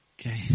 Okay